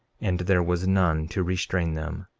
and there was none to restrain them.